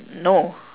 no